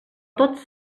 tots